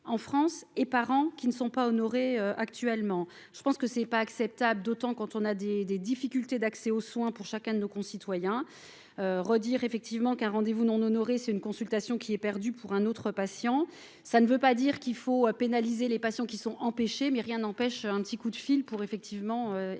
en France et parents qui ne sont pas honorés, actuellement, je pense que c'est pas acceptable d'autant quand on a des des difficultés d'accès aux soins pour chacun de nos concitoyens redire effectivement qu'un rendez-vous non honorés, c'est une consultation qui est perdu pour un autre patient, ça ne veut pas dire qu'il faut à pénaliser les patients qui sont empêchés, mais rien n'empêche un petit coup de fil pour effectivement expliquer